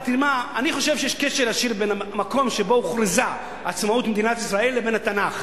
אני חושב שיש קשר בין המקום שבו הוכרזה עצמאות מדינת ישראל לבין התנ"ך.